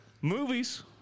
Movies